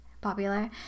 popular